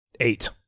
eight